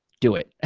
do it. ah